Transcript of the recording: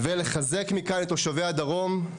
ולחזק מכאן את תושבי הדרום,